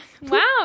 Wow